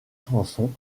chanson